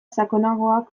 sakonagoak